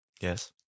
Yes